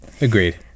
Agreed